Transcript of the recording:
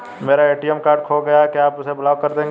मेरा ATM card खो गया है क्या आप उसे ब्लॉक कर देंगे?